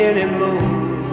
Anymore